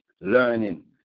learning